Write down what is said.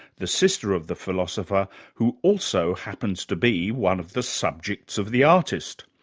the sister of the philosopher who also happens to be one of the subjects of the artist.